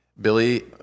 Billy